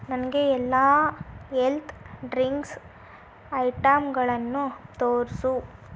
ನನಗೆ ಎಲ್ಲ ಎಲ್ತ್ ಡ್ರಿಂಕ್ಸ್ ಐಟಂಗಳನ್ನು ತೋರಿಸು